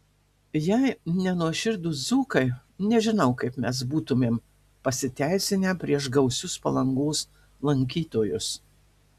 jei ne nuoširdūs dzūkai nežinau kaip mes būtumėm pasiteisinę prieš gausius palangos lankytojus